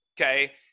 Okay